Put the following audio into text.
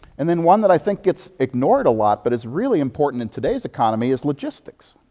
and then one that i think gets ignored a lot, but it's really important in today's economy, is logistics.